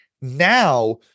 now